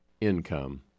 income